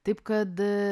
taip kad